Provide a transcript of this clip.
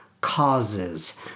causes